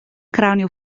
cranio